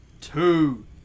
two